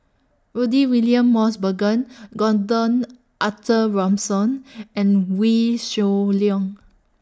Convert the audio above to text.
Rudy William Mosbergen Gordon Arthur Ransome and Wee Shoo Leong